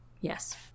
Yes